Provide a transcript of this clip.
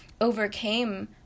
overcame